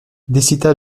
décida